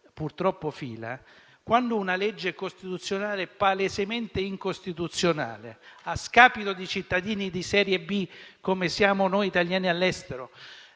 purtroppo fila), cioè quando una legge costituzionale palesemente incostituzionale, a scapito di cittadini di serie B come siamo noi italiani all'estero,